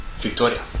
Victoria